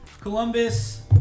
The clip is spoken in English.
Columbus